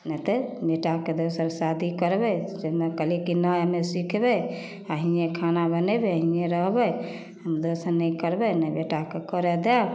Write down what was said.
नहि तऽ बेटाके दोसर शादी करबै हमे कहलिए कि नहि हमे सिखबै आओर हिएँ खाना बनेबै आओर हिएँ रहबै दोसर नहि करबै नहि बेटाके करऽ देब